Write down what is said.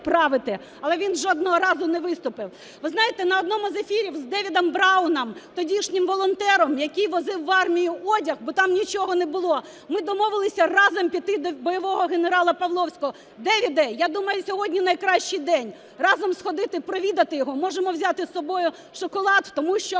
підправити, але він жодного разу не виступив. Ви знаєте, на одному з ефірів з Девідом Брауном, тодішнім волонтером, який возив в армію одяг, бо там нічого не було, ми домовилися разом піти до бойового генерала Павловського. Девіде, я думаю, сьогодні найкращий день разом сходити провідати його, можемо взяти з собою шоколад, тому що